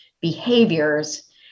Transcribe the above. behaviors